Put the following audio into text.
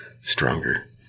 stronger